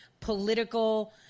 political